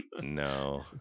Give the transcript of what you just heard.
No